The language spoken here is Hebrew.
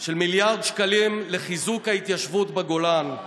של מיליארד שקלים לחיזוק ההתיישבות בגולן.